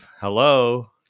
Hello